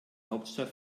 hauptstadt